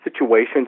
situations